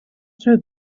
throw